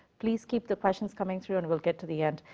please keep the questions coming through, and we'll get to the end.